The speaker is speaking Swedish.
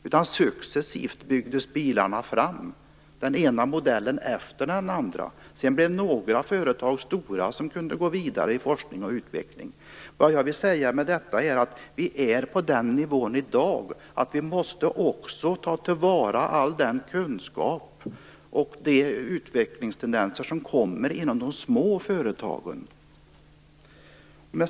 Bilarna byggdes fram successivt med den ena modellen efter den andra. Sedan blev några företag stora och kunde gå vidare med forskning och utveckling. Med detta vill jag säga att vi är på den nivån i dag. Vi måste också ta till vara all den kunskap och de utvecklingstendenser som kommer inom de små företagen.